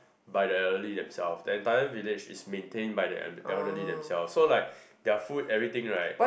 by the elderly themselves the entire village is maintained by the elder~ elderly themselves so like their food everything right